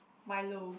Milo